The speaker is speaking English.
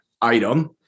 item